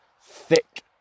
thick